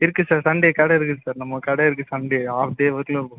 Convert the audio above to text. இருக்கு sir Sunday கடை இருக்கு சார் நம்ம கடை இருக்கு சண்டே ஆஃப்டே ஒர்க்ல இருக்கும்